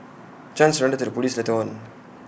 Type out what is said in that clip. chan surrendered to the Police later on